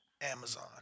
Amazon